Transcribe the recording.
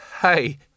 Hey